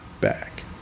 back